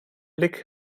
blick